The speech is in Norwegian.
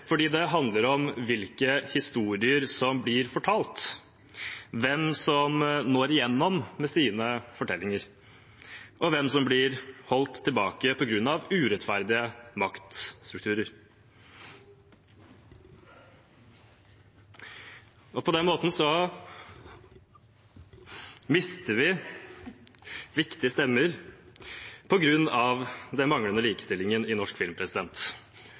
fordi det handler om hvilke historier som blir fortalt, hvem som når gjennom med sine fortellinger, og hvem som blir holdt tilbake på grunn av urettferdige maktstrukturer. Vi mister viktige stemmer på grunn av den manglende likestillingen i norsk film.